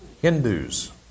Hindus